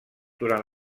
durant